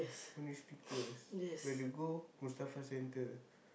only Snickers when you go Mustafa-Centre